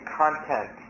content